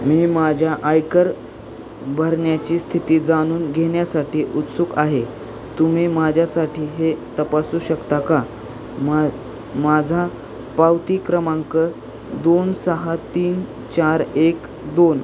मी माझ्या आयकर भरण्याची स्थिती जाणून घेण्यासाठी उत्सुक आहे तुम्ही माझ्यासाठी हे तपासू शकता का मा माझा पावती क्रमांक दोन सहा तीन चार एक दोन